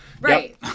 Right